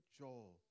Joel